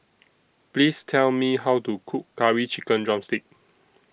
Please Tell Me How to Cook Curry Chicken Drumstick